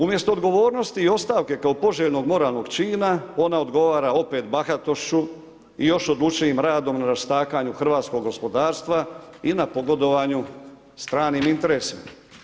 Umjesto odgovornosti i ostavke kao poželjnog moralnog čina ona odgovara opet bahatošću i još odlučnijim radom na rastakanju hrvatskog gospodarstva i na pogodovanju stranim interesima.